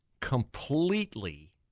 completely